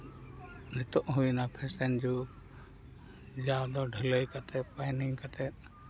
ᱱᱤᱛᱚᱜ ᱦᱩᱭᱱᱟ ᱯᱷᱮᱥᱮᱱ ᱡᱩᱜᱽ ᱡᱟᱣ ᱫᱚ ᱰᱷᱟᱹᱞᱟᱹᱭ ᱠᱟᱛᱮ ᱯᱞᱮᱱᱤᱝ ᱠᱟᱛᱮ